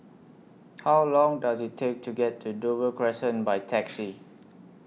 How Long Does IT Take to get to Dover Crescent By Taxi